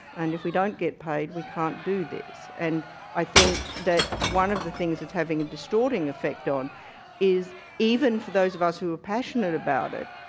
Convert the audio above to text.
and if we don't get paid we can't do this, and i think that one of the things it's having a distorting effect on is even for those of us who are passionate about it,